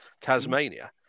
Tasmania